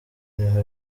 niho